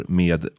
med